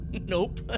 Nope